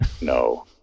no